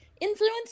influence